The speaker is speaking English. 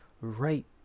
right